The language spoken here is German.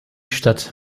stadt